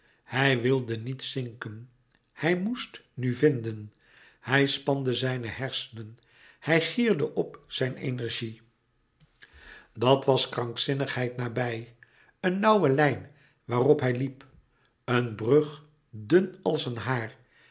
hij wilde niet zinken hij moest nu vinden hij spande zijne hersenen hij gierde op zijne energie dat was krankzinnigheid nabij een nauwe lijn waarop hij liep een brug dun als een haar